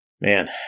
Man